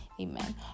Amen